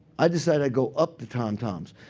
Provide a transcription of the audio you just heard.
i decided i'd go up the tom-toms.